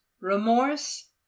remorse